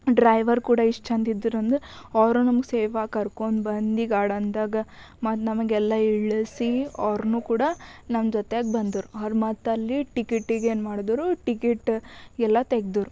driver ಕೂಡ ಇಷ್ಟು ಛಂದ ಇದ್ರಂದ್ರ ಅವರು ನಮ್ಗೆ ಸೇಫಾಗಿ ಕರ್ಕೊಂದ್ಬಂದು ಗಾರ್ಡನ್ದಾಗ ಮತ್ತು ನಮಗೆಲ್ಲ ಇಳಿಸಿ ಅವ್ರುನು ಕೂಡ ನಮ್ಮ ಜೊತೆಯಾಗಿ ಬಂದರ್ ಅವ್ರ್ ಮತ್ತಲ್ಲಿ ಟಿಕೆಟಿಗೇನು ಮಾಡಿದರು ಟಿಕೆಟ್ ಎಲ್ಲ ತೆಗ್ದರ್